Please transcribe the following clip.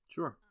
Sure